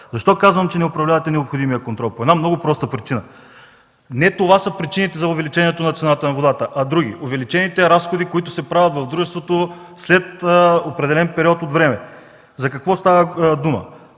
Защо казвам, че не управлявате необходимия контрол? По една много проста причина. Не това са причините за увеличението цената на водата, а други – увеличените разходи, които се правят в дружеството след определен период от време. За какво става дума?